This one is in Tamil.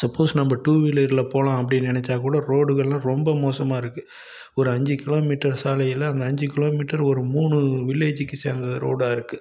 சப்போஸ் நம்ம டூவீலரில் போகலாம் அப்படின்னு நினைச்சாக்கூட ரோடுகள்லாம் ரொம்ப மோசமாக இருக்குது ஒரு அஞ்சு கிலோமீட்டர் சாலையில் அந்த அஞ்சு கிலோமீட்டர் ஒரு மூணு வில்லேஜுக்கு சேர்ந்த ரோடாக இருக்குது